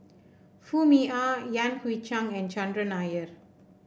Foo Mee Har Yan Hui Chang and Chandran Nair